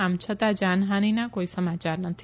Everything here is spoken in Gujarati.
આમ છતાં જાનહાનીના કોઇ સમાચાર નથી